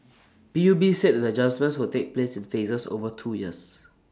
P U B said the adjustments will take place in phases over two years